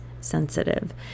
sensitive